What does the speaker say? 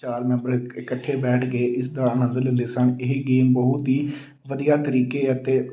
ਚਾਰ ਮੈਂਬਰ ਇ ਇਕੱਠੇ ਬੈਠ ਕੇ ਇਸ ਦਾ ਆਨੰਦ ਲੈਣਦੇ ਸਨ ਇਹ ਗੇਮ ਬਹੁਤ ਹੀ ਵਧੀਆ ਤਰੀਕੇ ਅਤੇ